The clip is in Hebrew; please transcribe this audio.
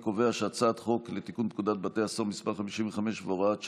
חברת הכנסת חיימוביץ, חבר הכנסת ארבל, בעד,